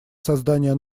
создания